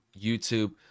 YouTube